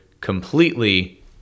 completely